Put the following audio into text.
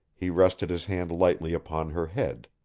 he rested his hand lightly upon her head.